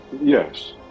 Yes